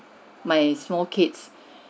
my small kids